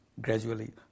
gradually